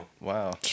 Wow